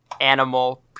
animal